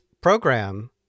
program